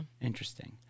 interesting